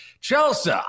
Chelsea